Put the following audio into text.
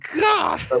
god